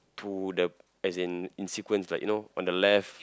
to the as in in sequence like you know on the left